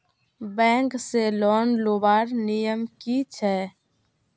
Bank से loan लुबार नियम की छे?